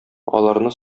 аларны